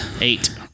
eight